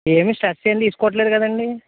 ఏమి స్ట్రెస్ ఏమి తీసుకోవట్లేదు కదా అండి